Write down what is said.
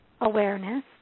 awareness